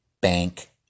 bank